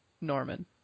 Norman